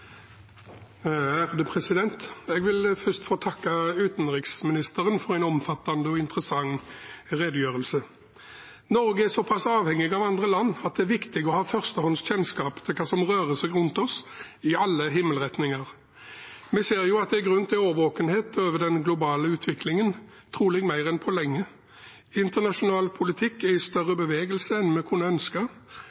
Jeg vil først få takke utenriksministeren for en omfattende og interessant redegjørelse. Norge er såpass avhengig av andre land at det er viktig å ha førstehånds kjennskap til hva som rører seg rundt oss i alle himmelretninger. Vi ser jo at det er grunn til årvåkenhet over den globale utviklingen, trolig mer enn på lenge. Internasjonal politikk er i